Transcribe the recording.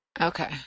Okay